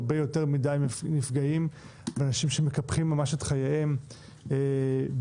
הרבה יותר מדי נפגעים ואנשים שמקפחים ממש את חייהם בגלל